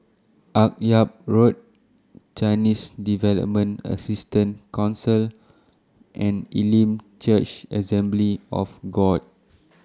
Akyab Road Chinese Development Assistance Council and Elim Church Assembly of God